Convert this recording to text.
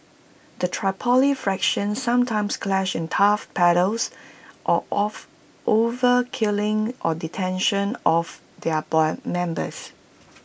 the Tripoli factions sometimes clash in turf battles or over killings or detentions of their members